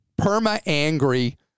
perma-angry